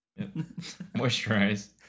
Moisturize